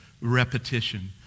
repetition